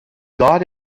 got